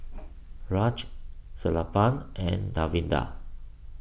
Raj Sellapan and Davinder